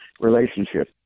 relationship